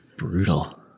Brutal